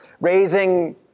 Raising